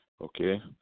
Okay